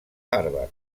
harvard